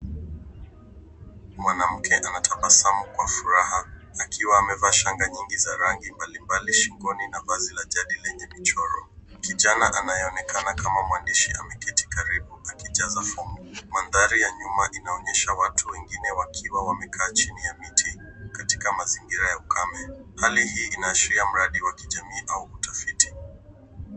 Mwanamke anatabasamu kwa furaha, akiwa amevaa shanga nyingi za rangi mbalimbali shingoni na vazi la jadi lenye michoro. Kijana anayeonekana kama mwandishi ameketi karibu akijaza fomu. Mandhari ya nyuma inaonyesha watu wengine wakiwa wamekaa chini ya miti katika mazingira ya ukame. Hali hii inaashiria mradi wa kijamii au utafiti.